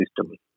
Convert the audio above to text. system